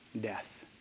death